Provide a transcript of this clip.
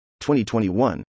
2021